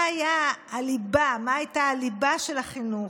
מה הייתה הליבה, מה הייתה הליבה של החינוך?